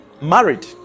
married